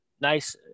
Nice